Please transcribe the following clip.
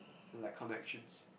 like connections